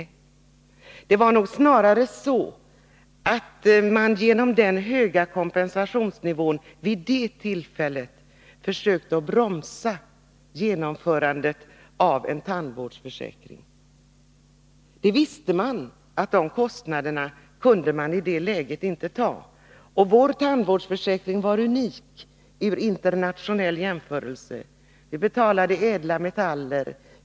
Nej, det var nog snarare så att man genom den höga kompensationsnivån vid det tillfället försökte att bromsa upp genomförandet av en tandvårdsförsäkring. Man visste att dessa kostnader kunde man i det läget inte ta, och vår tandvårdsförsäkring var unik vid en internationell jämförelse. Vi betalade ädla metaller.